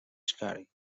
square